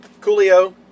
coolio